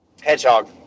Hedgehog